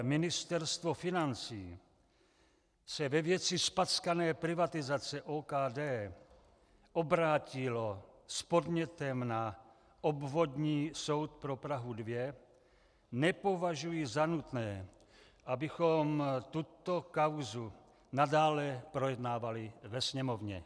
Ministerstvo financí se ve věci zpackané privatizace OKD obrátilo s podnětem na Obvodní soud pro Prahu 2, nepovažuji za nutné, abychom tuto kauzu nadále projednávali ve Sněmovně.